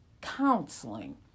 counseling